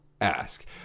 ask